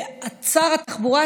ושר התחבורה,